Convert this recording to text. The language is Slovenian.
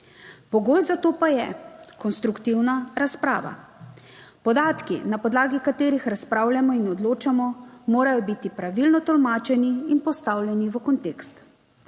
Pogoj za to pa je konstruktivna razprava. Podatki, na podlagi katerih razpravljamo in odločamo, morajo biti pravilno tolmačeni in postavljeni v kontekst.